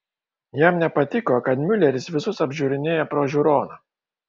jam nepatiko kad miuleris visus apžiūrinėja pro žiūroną